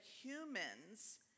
humans